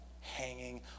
hanging